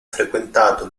frequentato